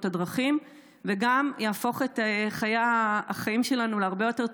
הדרכים וגם יהפוך את החיים שלנו להרבה יותר טובים.